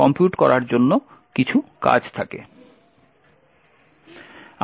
compute করার জন্য কিছু কাজ থাকে